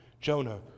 Jonah